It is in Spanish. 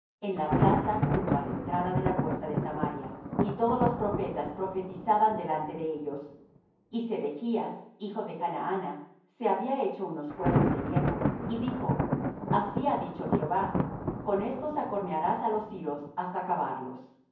en la plaza junto á la entrada de la puerta de samaria y todos los profetas profetizaban delante de ellos y sedechas hijo de chnaana se había hecho unos cuernos de hierro y dijo así ha dicho jehová con éstos acornearás á los siros hasta acabarlos y